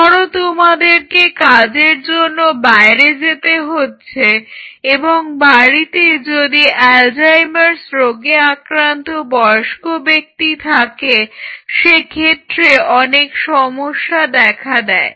ধরো তোমাদেরকে কাজের জন্য বাইরে যেতে হচ্ছে এবং বাড়িতে যদি অ্যালজাইমার্স রোগে আক্রান্ত বয়স্ক ব্যক্তি থাকে সেক্ষেত্রে অনেক সমস্যা দেখা দেয়